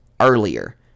earlier